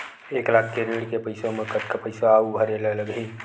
एक लाख के ऋण के पईसा म कतका पईसा आऊ भरे ला लगही?